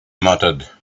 muttered